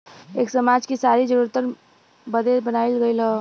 एक समाज कि सारी जरूरतन बदे बनाइल गइल हउवे